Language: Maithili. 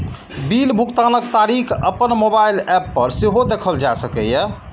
बिल भुगतानक तारीख अपन मोबाइल एप पर सेहो देखल जा सकैए